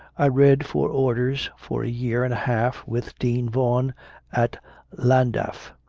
i read for orders for a year and a half with dean vaughan at llandaft.